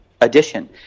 addition